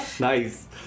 Nice